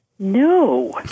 No